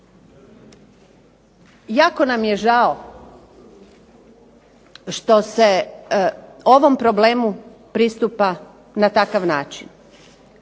Jako nam je žao što se ovom problemu pristupa na takav način,